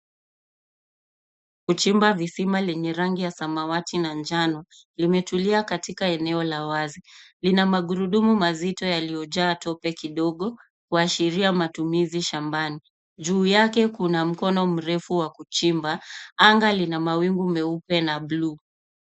Kuchimba visima lenye rangi ya samawati na njano. Limetulia katika eneo la wazi. Lina magurudumu mazito yaliyojaa tope kidogo, kuashiria matumizi shambani. Juu yake kuna mkono mrefu wa kuchimba. Anga lina mawingu meupe na blue .